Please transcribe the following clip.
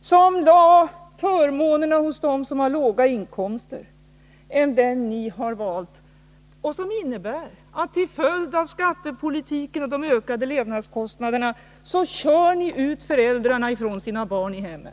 som gav förmånerna till dem som har låga inkomster. Er skattepolitik och de ökade levnadskostnaderna innebär i stället att ni kör ut föräldrarna från deras barn i hemmen därför att de tvingas arbeta längre för att tjäna ihop till det nödvändigaste.